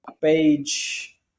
page